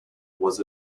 was